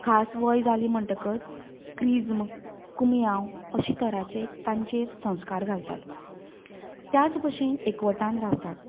खास वय जाली म्हणटकच क्रिज्म कुम्यांव अशे तरेचे तांचेर संसकार घालतात त्या भाशेन एकवटान रावतात